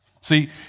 See